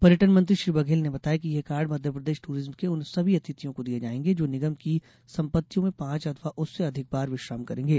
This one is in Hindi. पर्यटन मंत्री श्री बघेल ने बताया कि यह कार्ड मध्यप्रदेश टूरिज्म के उन सभी अतिथियों को दिए जाएँगे जो निगम की संपत्तियों में पांच अथवा उससे अधिक बार विश्राम करेंगे